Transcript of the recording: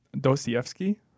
Dostoevsky